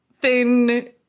thin